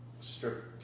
strip